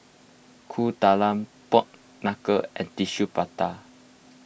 Kueh Talam Pork Knuckle and Tissue Prata